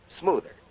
smoother